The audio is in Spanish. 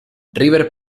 river